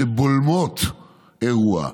שבולמות אירוע,